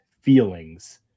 feelings